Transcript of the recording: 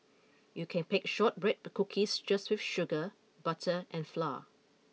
you can bake shortbread cookies just with sugar butter and flour